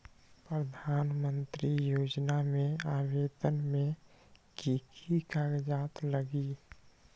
प्रधानमंत्री योजना में आवेदन मे की की कागज़ात लगी?